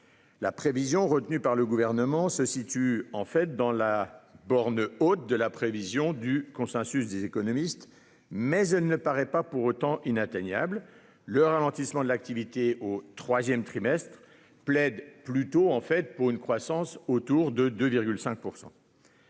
La prévision retenue par le Gouvernement se situe dans la borne haute du consensus des économistes, mais elle ne paraît pas pour autant inatteignable. Le ralentissement de l'activité au troisième trimestre plaide plutôt pour une croissance plus proche de 2,5 %.